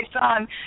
son